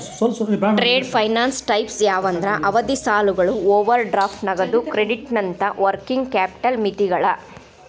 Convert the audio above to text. trade finance types ಯಾವಂದ್ರ ಅವಧಿ ಸಾಲಗಳು ಓವರ್ ಡ್ರಾಫ್ಟ್ ನಗದು ಕ್ರೆಡಿಟ್ನಂತ ವರ್ಕಿಂಗ್ ಕ್ಯಾಪಿಟಲ್ ಮಿತಿಗಳ